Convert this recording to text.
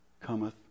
cometh